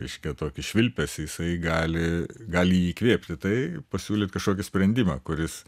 reiškia tokį švilpesį jisai gali gali jį įkvėpti tai pasiūlyt kažkokį sprendimą kuris